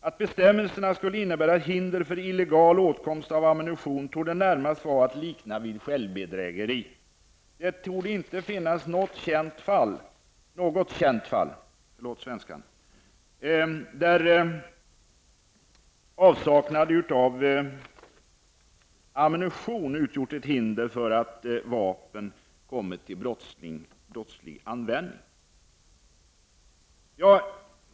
Att bestämmelsen skulle innebära ett hinder för illegal åtkomst av ammunition torde närmast vara att likna vid självbedrägeri. Det torde inte finnas något känt fall, då avsaknad av ammunition utgjort ett hinder för att vapen kommit till brottslig användning.''